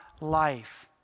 life